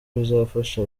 bizafasha